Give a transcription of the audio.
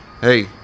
Hey